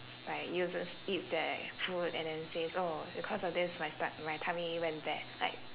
like uses eats their food and then says because of this s~ my tummy went bad like